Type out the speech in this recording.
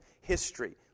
history